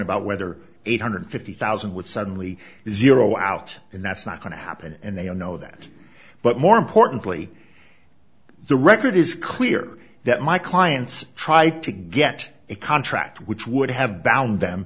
about whether eight hundred fifty thousand would suddenly zero out and that's not going to happen and they all know that but more importantly the record is clear that my clients try to get a contract which would have bound them